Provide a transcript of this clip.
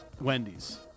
Wendy's